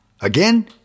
Again